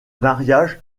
mariage